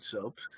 soaps